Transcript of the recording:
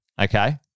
Okay